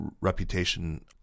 reputation